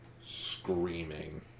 screaming